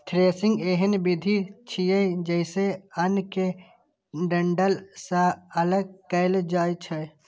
threshing एहन विधि छियै, जइसे अन्न कें डंठल सं अगल कैल जाए छै